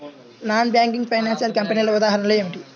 Non banking financial కంపెనీల ఉదాహరణలు ఏమిటి?